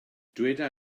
dyweda